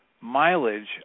mileage